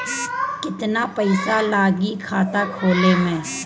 केतना पइसा लागी खाता खोले में?